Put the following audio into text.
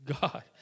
God